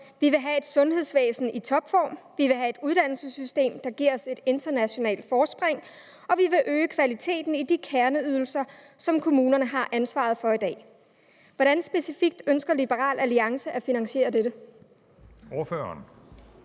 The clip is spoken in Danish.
Vi vil have et sundhedsvæsen i topform, vi vil have et uddannelsessystem, der giver os et internationalt forspring, og vi vil øge kvaliteten i de kerneydelser, som kommunerne har ansvaret for i dag.« Hvordan ønsker Liberal Alliance specifikt at finansiere dette? Kl.